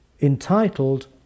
entitled